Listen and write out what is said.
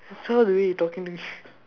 I saw the way you talking to me